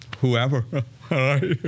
whoever